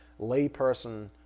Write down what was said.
layperson